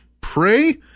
pray